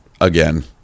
again